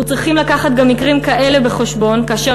אנחנו צריכים לקחת גם מקרים כאלה בחשבון כאשר